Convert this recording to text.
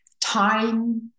time